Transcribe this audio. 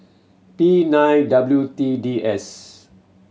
P nine W T D S